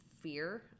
fear